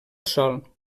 sòl